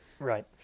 Right